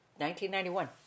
1991